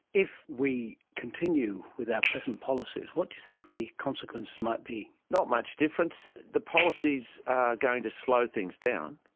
if we continue with our present policies, what do you think the consequences might be? not much difference. the policies are going to slow things down.